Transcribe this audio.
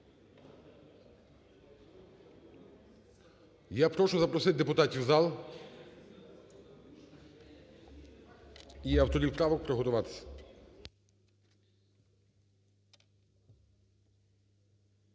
Я прошу запросити депутатів у зал і авторів правок приготуватись.